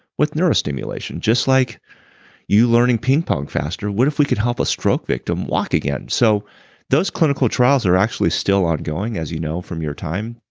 with neurostimulation. just like you learning ping pong faster, what if we could help a stroke victim walk again? so those clinical trials are actually still ongoing, as you know from your time.